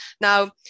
Now